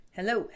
Hello